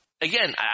again